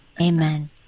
amen